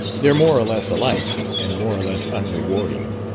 they're more or less alike, and more or less unrewarding.